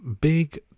Big